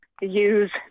use